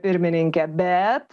pirmininkę bet